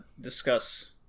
discuss